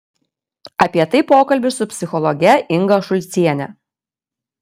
apie tai pokalbis su psichologe inga šulciene